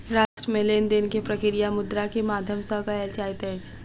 राष्ट्र मे लेन देन के प्रक्रिया मुद्रा के माध्यम सॅ कयल जाइत अछि